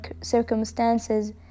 circumstances